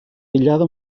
aïllada